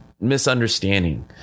misunderstanding